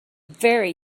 very